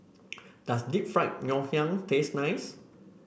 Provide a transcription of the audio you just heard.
does Deep Fried Ngoh Hiang taste nice